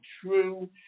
true